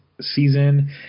season